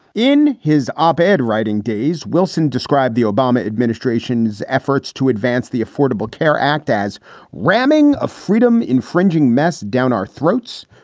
in his op ed writing days, wilson described the obama administration's efforts to advance the affordable care act as ramming a freedom infringing mess down our throats.